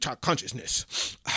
consciousness